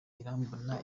irambona